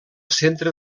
centre